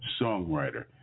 songwriter